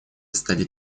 стали